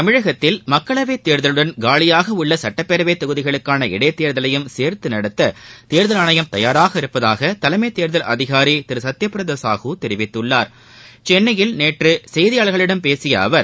தமிழகத்தில் மக்களவைத் தேர்தலுடன் காலியாக உள்ள சுட்டப்பேரவைத் தொகுதிகளுக்கான இடைத் தேர்தலையும் சேர்த்து நடத்த தேர்தல் ஆணையம் தயாராக இருப்பதாக தலைமைத் தேர்தல் அதிகாரி திரு சத்யபிரத சாஹு தெரிவித்துள்ளார் சென்னையில் நேற்று செய்தியாளர்களிடம் பேசிய அவர்